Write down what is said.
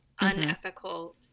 unethical